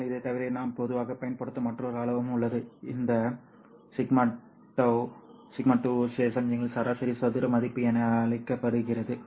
ஆனால் இதைத் தவிர நாம் பொதுவாகப் பயன்படுத்தும் மற்றொரு அளவும் உள்ளது இந்த σ2 சமிக்ஞையின் சராசரி சதுர மதிப்பு என அழைக்கப்படுகிறது